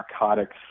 narcotics